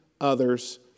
others